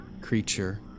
creature